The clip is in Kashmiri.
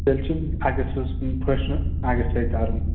تیٚلہِ چھِ اَگَستس فٔسٹہٕ اَگَستَےکَرُن